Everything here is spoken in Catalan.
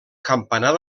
campanar